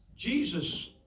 Jesus